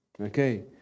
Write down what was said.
Okay